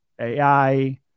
AI